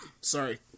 Sorry